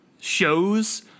shows